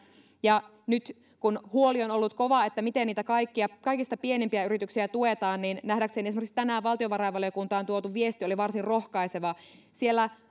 ja nyt kun on ollut kova huoli siitä miten niitä kaikista pienimpiä yrityksiä tuetaan niin nähdäkseni esimerkiksi tänään valtiovarainvaliokuntaan tuotu viesti oli varsin rohkaiseva